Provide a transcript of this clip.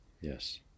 Yes